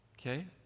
okay